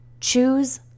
Choose